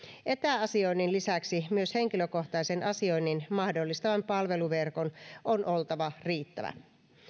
etäasioinnin lisäksi myös henkilökohtaisen asioinnin mahdollistavan palveluverkon on oltava riittävä